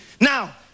Now